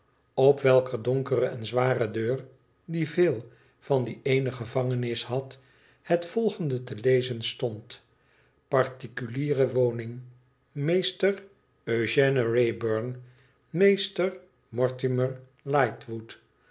op welker donkere en zware deur die veel van die eener gevangenis had het volgende te lezen stond particuliere woning mr eugène wrayburn mr mortimer